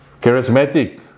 Charismatic